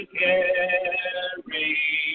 carry